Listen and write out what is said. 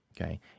okay